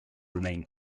remain